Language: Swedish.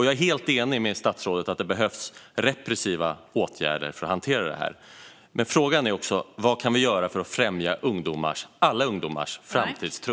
Jag är helt enig med statsrådet om att det behövs repressiva åtgärder för att hantera problemet, men frågan är vad vi kan göra för att främja alla ungdomars framtidstro.